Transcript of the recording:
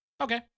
Okay